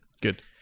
Good